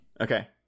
okay